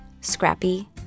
scrappy